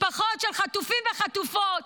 משפחות של חטופים וחטופות,